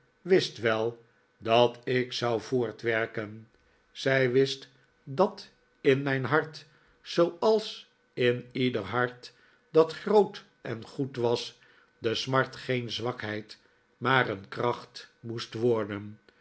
wist wel dat ik zou voortwerken zij wist dat in mijn hart zooals in ieder hart dat groot en goed was de smart geen zwakheid maar een kracht moest worden